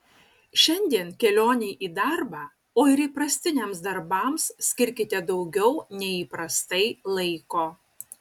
šiandien kelionei į darbą o ir įprastiniams darbams skirkite daugiau nei įprastai laiko